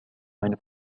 meine